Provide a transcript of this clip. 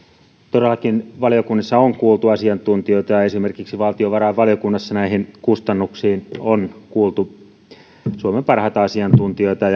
todellakin valiokunnissa on kuultu asiantuntijoita ja ja esimerkiksi valtiovarainvaliokunnassa näihin kustannuksiin liittyen on kuultu suomen parhaita asiantuntijoita